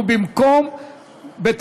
הוא הצביע בטעות,